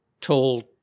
told